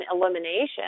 elimination